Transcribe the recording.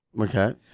okay